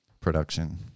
production